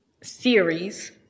series